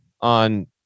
on